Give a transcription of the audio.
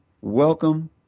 welcome